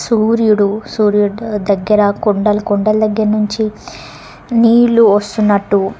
సూర్యుడు సూర్యుడు దగ్గర కొండలు కొండల దగ్గర నుంచి నీళ్ళు వస్తున్నట్టు